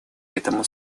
этому